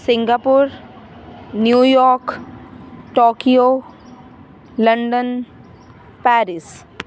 Singapore New York Tokyo London Paris